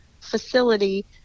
facility